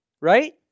right